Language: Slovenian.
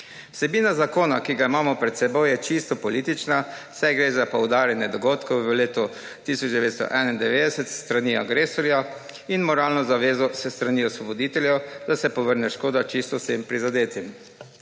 Vsebina zakona, ki ga imamo pred seboj, je čisto politična, saj gre za poudarjene dogodkov v letu 1991 s strani agresorja in moralno zavezo s strani osvoboditelja, da se povrne škoda čisto vsem prizadetim.